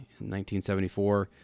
1974